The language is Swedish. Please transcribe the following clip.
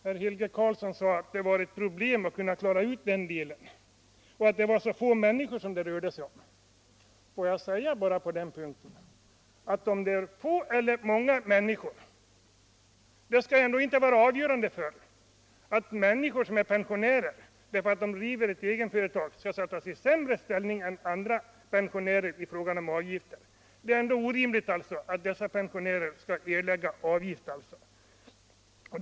Herr Helge Karlsson sade att det var ett problem hur man skulle kunna klara av den delen och att det var få människor som det rörde sig om. Men att det är få människor kan väl inte vara något skäl för att pensionärer som driver ett egenföretag skall försättas i sämre ställning än andra pensionärer i fråga om avgifter. Det är orimligt att dessa pensionärer skall erlägga pensionsavgifter.